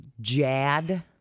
Jad